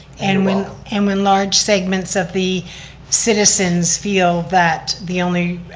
and when and when large segments of the citizens feel that the only